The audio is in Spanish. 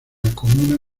comuna